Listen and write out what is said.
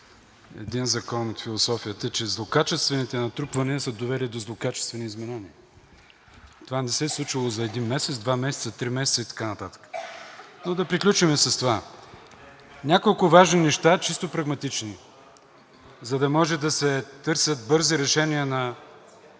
един закон от философията – че злокачествените натрупвания са довели до злокачествени изменения. Това не се е случило за един месец, два месеца, три месеца и така нататък, но да приключим с това. Няколко важни неща, чисто прагматични, за да може да се търсят бързи решения на